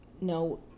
No